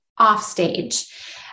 offstage